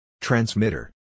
Transmitter